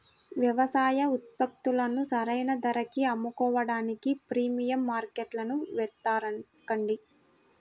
వ్యవసాయ ఉత్పత్తులను సరైన ధరకి అమ్ముకోడానికి ప్రీమియం మార్కెట్లను వెతకండి